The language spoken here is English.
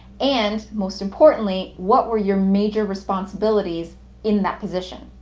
and, most importantly, what were your major responsibilities in that position.